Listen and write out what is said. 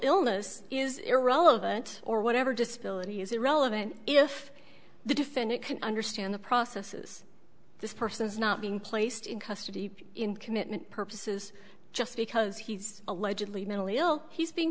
illness is irrelevant or whatever disability is irrelevant if the defendant can understand the processes this person is not being placed in custody in commitment purposes just because he's allegedly mentally ill he's being